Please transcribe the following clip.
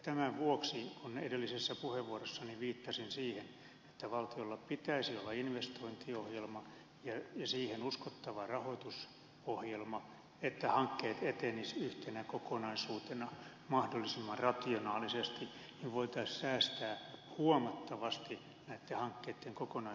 tämän vuoksi kun edellisessä puheenvuorossani viittasin siihen että valtiolla pitäisi olla investointiohjelma ja siihen uskottava rahoitusohjelma että hankkeet etenisivät yhtenä kokonaisuutena mahdollisimman rationaalisesti voitaisiin säästää huomattavasti näitten hankkeitten kokonaiskustannuksista